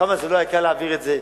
כמה זה לא היה קל להעביר את זה,